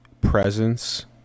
presence